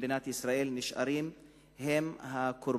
במדינת ישראל נשארים הקורבן.